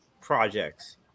projects